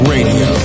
Radio